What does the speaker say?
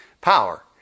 power